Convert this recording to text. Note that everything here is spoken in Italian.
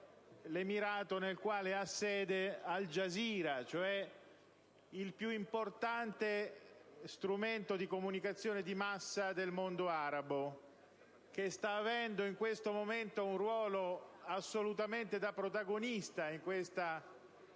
l'emirato nel quale ha sede Al Jazeera, il più importante strumento di comunicazione di massa del mondo arabo, che sta avendo in questo momento un ruolo assolutamente da protagonista in quello che